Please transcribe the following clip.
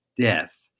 death